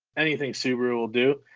anything subaru will do,